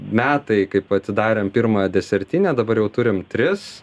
metai kaip atidarėm pirmą desertinę dabar jau turim tris